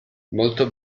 molto